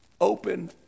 open